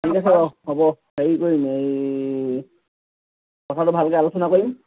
ঠিক আছে হ'ব হেৰি কৰিম এই কথাটো ভালকে আলোচনা কৰিম